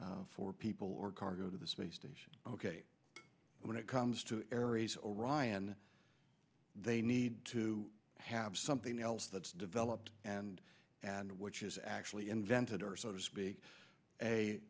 for people or cargo to the space station ok when it comes to aries orion they need to have something else that's developed and and which is actually invented or so to speak a